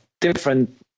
different